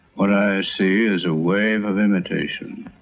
what i see is a wave of imitation.